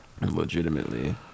Legitimately